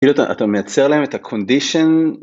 כאילו אתה מייצר להם את הcondition